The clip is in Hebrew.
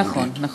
נכון.